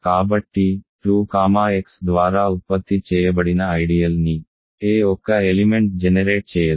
కాబట్టి 2 comma X ద్వారా ఉత్పత్తి చేయబడిన ఐడియల్ ని ఏ ఒక్క ఎలిమెంట్ జెనెరేట్ చేయదు